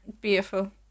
beautiful